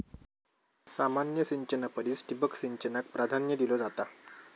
सामान्य सिंचना परिस ठिबक सिंचनाक प्राधान्य दिलो जाता